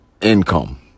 income